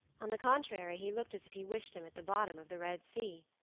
on the contrary, he looked as if he wished him at the bottom of the red sea.